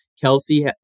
Kelsey